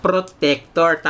Protector